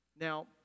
Now